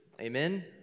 Amen